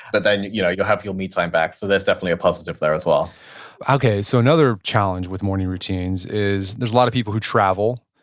but then you know you'll have your me time back. so, that's definitely a positive there as well okay. so another challenge with morning routines is there's a lot of people who travel,